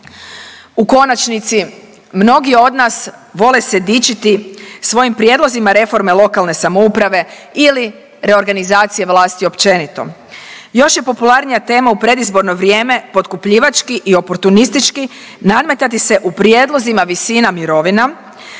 U konačnici, mnogi od nas vole se dičiti svojim prijedlozima reforme lokalne samouprave ili reorganizacije vlasti općenito. Još je popularnija tema u predizborno vrijeme potkupljivački i oportunistički nadmetati se u prijedlozima visina mirovina